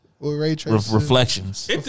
reflections